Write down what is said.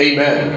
Amen